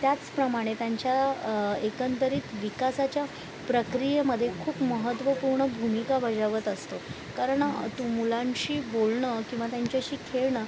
त्याचप्रमाणे त्यांच्या एकंदरीत विकासाच्या प्रक्रियेमध्ये खूप महत्त्वपूर्ण भूमिका बजावत असतो कारण तू मुलांशी बोलणं किंवा त्यांच्याशी खेळणं